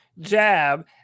jab